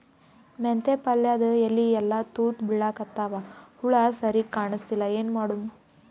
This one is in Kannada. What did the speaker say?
ಮೆಂತೆ ಪಲ್ಯಾದ ಎಲಿ ಎಲ್ಲಾ ತೂತ ಬಿಳಿಕತ್ತಾವ, ಹುಳ ಸರಿಗ ಕಾಣಸ್ತಿಲ್ಲ, ಏನ ಮಾಡಮು?